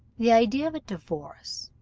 the idea of a divorce,